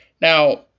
Now